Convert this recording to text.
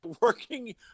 working